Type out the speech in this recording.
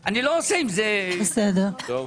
בסדר.